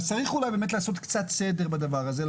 אז צריך אולי באמת לעשות קצת סדר בדבר הזה,